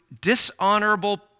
dishonorable